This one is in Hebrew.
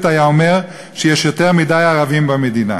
היה אומר שיש יותר מדי ערבים במדינה,